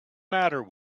matter